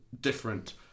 different